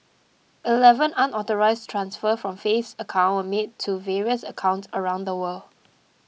eleven unauthorised transfers from faith's account were made to various accounts around the world